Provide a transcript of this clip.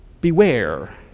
beware